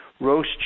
roast